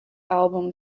album